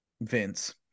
Vince